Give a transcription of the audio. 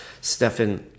Stefan